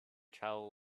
travelled